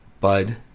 bud